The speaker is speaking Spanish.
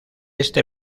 ese